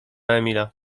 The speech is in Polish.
emila